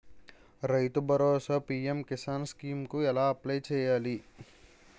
రైతు Bharosa PM Kisan scheme కు ఎలా అప్లయ్ చేయాలి?